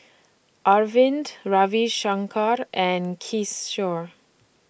Arvind Ravi Shankar and Kishore